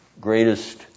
greatest